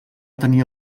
tenia